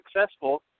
successful